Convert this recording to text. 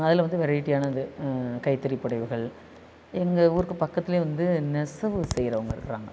அதில் வந்து வெரைட்டியானது கைத்தறி புடவைகள் எங்கே ஊருக்கு பக்கத்திலயே வந்து நெசவு செய்கிறவங்க இருக்கிறாங்க